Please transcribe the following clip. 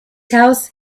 house